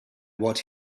what